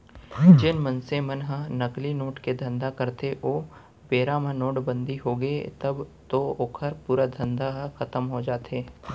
जेन मनसे मन ह नकली नोट के धंधा करथे ओ बेरा म नोटबंदी होगे तब तो ओखर पूरा धंधा ह खतम हो जाथे